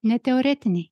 ne teoretiniai